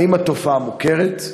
1. האם התופעה מוכרת?